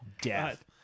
death